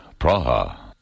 Praha